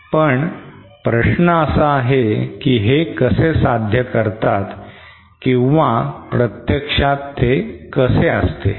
पण प्रश्न असा आहे कि हे कसे साध्य करतात किंवा प्रत्यक्षात ते कसे असते